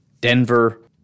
Denver